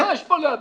מה יש פה להבין?